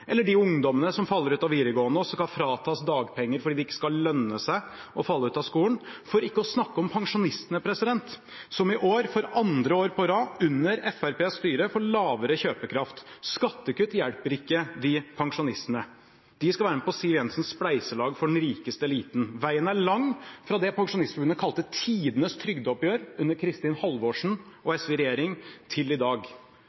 de ungdommene som faller ut av videregående, som skal fratas dagpenger fordi det ikke skal lønne seg å falle ut av skolen, og for ikke å snakke om pensjonistene, som i år, for andre år på rad under Fremskrittspartiets styre, får svekket kjøpekraft. Skattekutt hjelper ikke disse pensjonistene. De skal være med på Siv Jensens spleiselag for den rikeste eliten. Veien er lang fra det Pensjonistforbundet kalte tidenes trygdeoppgjør under Kristin Halvorsen